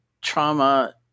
trauma